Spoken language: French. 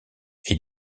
est